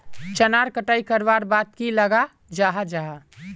चनार कटाई करवार बाद की लगा जाहा जाहा?